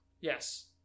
Yes